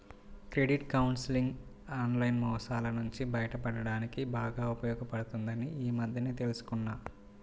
credit counselling online మోసాల నుంచి బయటపడడానికి బాగా ఉపయోగపడుతుందని ఈ మధ్యనే తెల్సుకున్నా